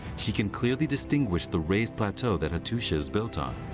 she can clearly distinguish the raised plateau that hattusha is built on.